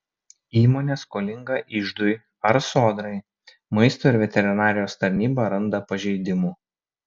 įmonė skolinga iždui ar sodrai maisto ir veterinarijos tarnyba randa pažeidimų